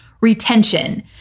retention